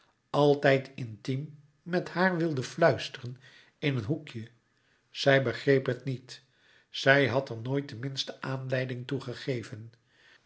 altijd intiem met haar wilde fluisteren in een hoekje zij begreep het niet zij had er nooit de minste aanleiding